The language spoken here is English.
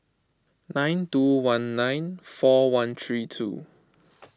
nine two one nine four one three two